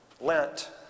Lent